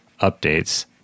updates